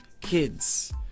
kids